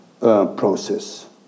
process